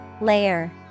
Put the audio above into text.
Layer